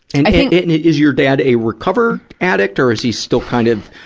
and i think is your dad a recovered addict, or is he still kind of?